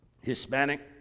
hispanic